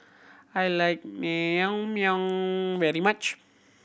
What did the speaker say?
I like Naengmyeon very much